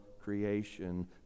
creation